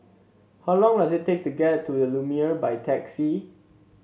how long does it take to get to the Lumiere by taxi